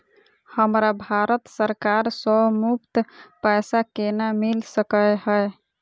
हमरा भारत सरकार सँ मुफ्त पैसा केना मिल सकै है?